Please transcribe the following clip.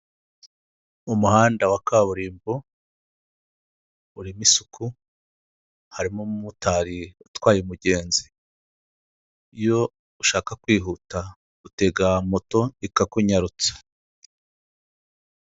Mu muhanda wa kaburimbo urimo isuku, harimo umumotari watwaye umugenzi, iyo ushaka kwihuta utega moto ikakunyatsa.